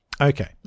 Okay